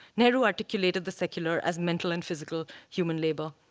nehru articulated the secular as mental and physical human labor.